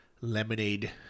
lemonade